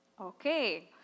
okay